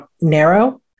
narrow